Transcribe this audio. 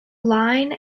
line